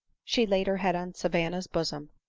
she laid her head on savanna's bosom,